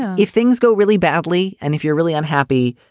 and if things go really badly and if you're really unhappy,